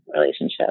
relationship